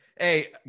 hey